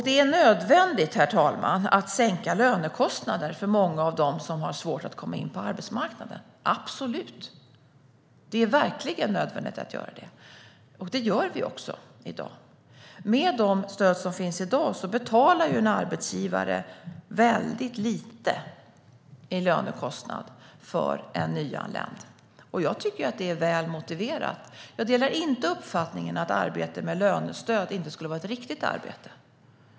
Det är nödvändigt, herr talman, att sänka lönekostnaderna för många av dem som har svårt att komma in på arbetsmarknaden - absolut. Det är verkligen nödvändigt att göra det, och det gör vi också i dag. Med de stöd som finns i dag betalar en arbetsgivare väldigt lite i lönekostnad för en nyanländ. Jag tycker att det är väl motiverat. Jag delar inte uppfattningen att arbete med lönestöd inte skulle vara ett riktigt arbete.